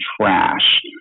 trash